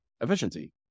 efficiency